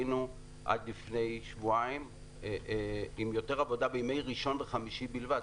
היינו עד לפני שבועיים עם יותר עבודה בימי ראשון וחמישי בלבד.